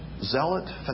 zealot